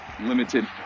limited